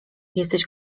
jesteś